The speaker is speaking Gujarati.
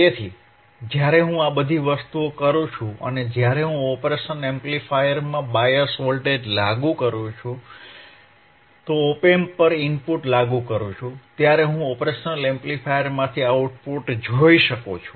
તેથી જ્યારે હું આ બધી વસ્તુઓ કરું છું અને જ્યારે હું ઓપરેશન એમ્પ્લીફાયરમાં બાયસ વોલ્ટેજ લાગુ કરું છું ઓપ એમ્પ પર ઇનપુટ લાગુ કરું છું ત્યારે હું ઓપરેશન એમ્પ્લીફાયરમાંથી આઉટપુટ જોઈ શકું છું